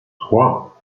trois